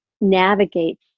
navigate